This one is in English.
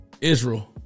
Israel